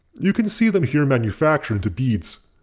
you can see them here manufactured into beads.